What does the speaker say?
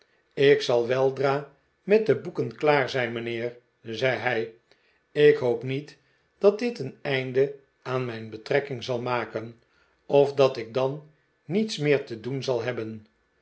ik zal weldra met de boeken klaar zijn mijnheer zei hij ik hoop niet dat dit een einde aan mijn betrekking zal maken of dat ik dan niets meer te doen zal hebben